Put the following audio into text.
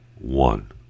one